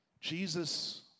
Jesus